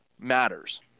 matters